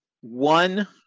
one